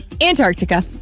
Antarctica